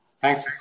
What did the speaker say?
Thanks